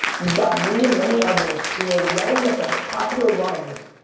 you've got me and many others who are yelling at the top of their lungs,